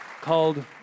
called